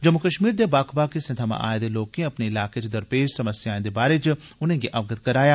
जम्मू कश्मीर दे बक्ख बक्ख हिस्से थमां आए दे लोकें अपने इलाके च दरपेश समस्याएं दे बारै च उनेंगी अवगत कराया